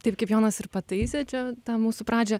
taip kaip jonas ir pataisė čia tą mūsų pradžią